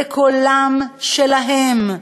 בקולם-שלהם,